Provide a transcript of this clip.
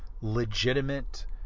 legitimate